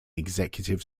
executive